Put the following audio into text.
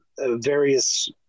various